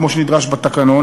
כמו שנדרש בתקנון,